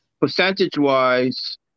percentage-wise